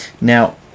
now